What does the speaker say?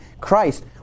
Christ